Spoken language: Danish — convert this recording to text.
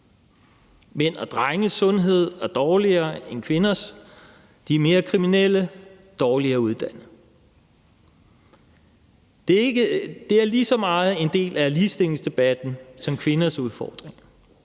Mænd og drenges sundhed er dårligere end kvinders. De er mere kriminelle og dårligere uddannet. Det er lige så meget en del af ligestillingsdebatten som kvinders udfordringer.